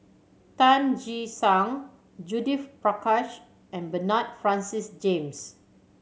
Tan Che Sang Judith Prakash and Bernard Francis James